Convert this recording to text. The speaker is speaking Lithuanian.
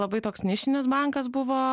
labai toks nišinis bankas buvo